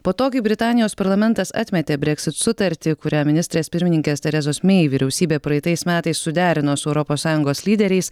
po to kai britanijos parlamentas atmetė breksit sutartį kurią ministrės pirmininkės terezos mei vyriausybė praeitais metais suderino su europos sąjungos lyderiais